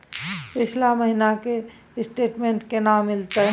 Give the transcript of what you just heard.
पिछला महीना के स्टेटमेंट केना मिलते?